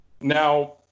Now